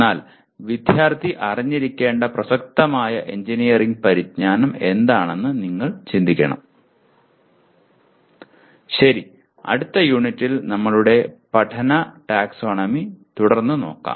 എന്നാൽ വിദ്യാർത്ഥി അറിഞ്ഞിരിക്കേണ്ട പ്രസക്തമായ എഞ്ചിനീയറിംഗ് പരിജ്ഞാനം എന്താണെന്ന് നിങ്ങൾ ചിന്തിക്കണം ശരി അടുത്ത യൂണിറ്റിൽ നമ്മളുടെ പഠന ടാക്സോണമി തുടർന്നു നോക്കും